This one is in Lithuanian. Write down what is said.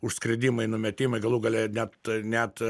užskridimai numetimai galų gale net net